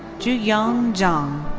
juhyeong jeon.